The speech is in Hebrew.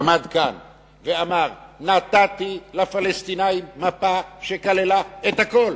עמד כאן ואמר: נתתי לפלסטינים מפה שכללה את הכול,